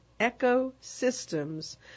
Ecosystems